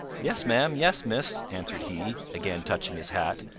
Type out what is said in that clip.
yes, ma'am yes, miss, answered he, again touching his hat,